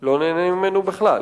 לא נהנה ממנו בכלל.